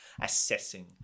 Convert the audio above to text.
assessing